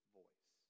voice